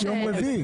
ביום רביעי?